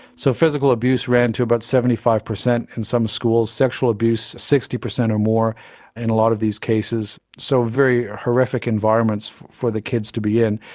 so physical abuse ran to about seventy five percent in some schools, sexual abuse sixty percent or more in a lot of these cases, so very horrific environments for the kids to be in.